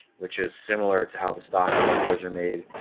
which is similar to how the stock cylinders are made